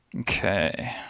Okay